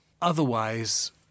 otherwise